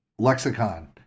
Lexicon